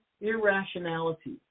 irrationality